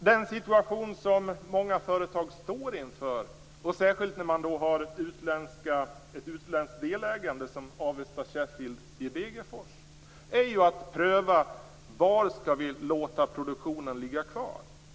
Den situation som många företag står inför, särskilt när man har ett utländskt delägande som Avesta Sheffield i Degerfors, är ju att pröva: Var skall vi låta produktionen ligga kvar?